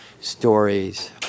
stories